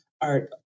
art